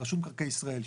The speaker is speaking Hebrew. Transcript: רשות מקרקעי ישראל,